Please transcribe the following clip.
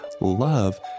love